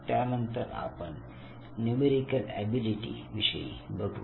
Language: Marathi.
त्यानंतर आपण नुमेरिकल एबिलिटी विषयी बघू